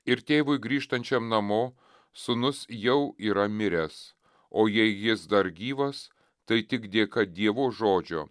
ir tėvui grįžtančiam namo sūnus jau yra miręs o jei jis dar gyvas tai tik dėka dievo žodžio